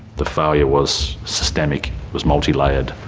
the failure was systemic, was multilayered,